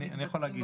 אני יכול להגיד.